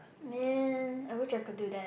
man I wished I could do that